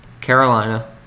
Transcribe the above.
Carolina